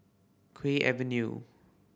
Kew Avenue